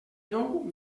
nou